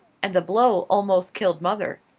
and the blow almost killed mother.